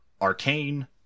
Arcane